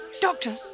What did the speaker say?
Doctor